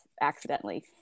accidentally